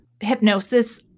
hypnosis